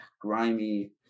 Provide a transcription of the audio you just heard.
grimy